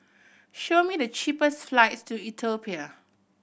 show me the cheapest flights to Ethiopia